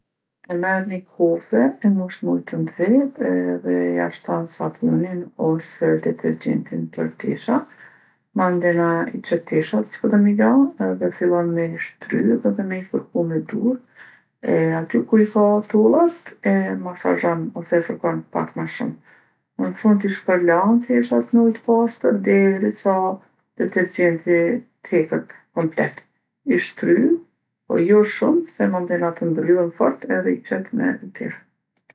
E merr ni kofe e mush me ujë t'nxehtë edhe ja shton sapunin ose detergjentin për tesha. Mandena i qet teshat që po don mi la edhe fillon me i shtrydhë edhe me i fërku me durë e aty ku i ka tollat, e masazhon ose e fërkon pak ma shumë. N'fund i shpërlan teshat me ujë t'pastërt derisa detergjenti t'heket komplet. I shtrydh, po jo shumë se se mandena të ndrydhen fort edhe i qet me u terrë.